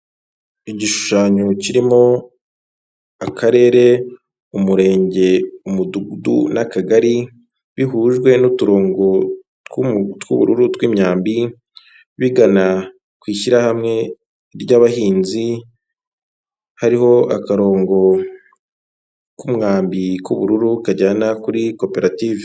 Igishushanyo kirimo akarere, umurenge, umudugudu n'akagari bihujwe n'uturungo tw'ubururu tw' imyambi bigana ku ishyirahamwe ry'abahinzi hariho akarongo k'u umwambi w'ubururu kajyana kuri koperative.